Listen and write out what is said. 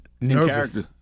nervous